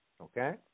Okay